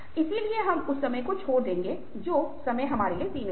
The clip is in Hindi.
इसलिए हम उस समय को छोड़ देंगे जो समय हमारे लिए सीमित है